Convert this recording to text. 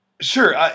sure